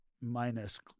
minus